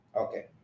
Okay